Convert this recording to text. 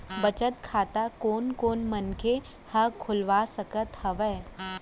बचत खाता कोन कोन मनखे ह खोलवा सकत हवे?